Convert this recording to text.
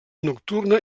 nocturna